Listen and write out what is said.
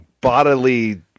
bodily